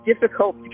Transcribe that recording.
difficult